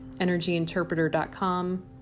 energyinterpreter.com